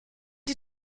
die